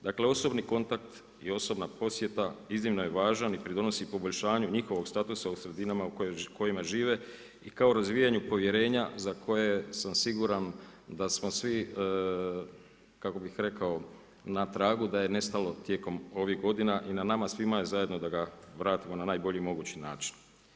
Dakle, osobni kontakt i osobna posjeta iznimno je važan i pridonosi poboljšanju njihovog statusa u sredinama u kojima žive i kao razvijanju povjerenja za koje sam siguran da smo svi, kako bih rekao, na tragu da je nestalo tijekom ovih godina i na nama svima zajedno je da ga vratimo na najbolji mogući način.